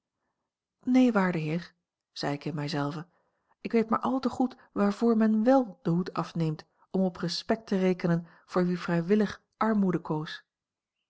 neen waarde heer zei ik in mij zelve ik weet maar al te goed waarvoor men wèl den hoed afneemt om op respect te rekenen voor wie vrijwillig armoede koos